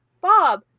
Bob